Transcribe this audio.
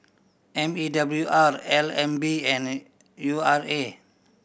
M E W R L N B and U R A